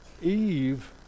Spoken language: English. Eve